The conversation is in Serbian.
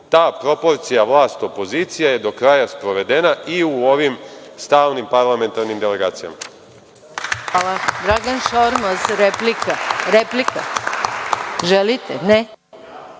ta proporcija vlasti, opozicija je do kraja sprovedena i u ovim stalnim parlamentarnim delegacijama.